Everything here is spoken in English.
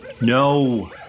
No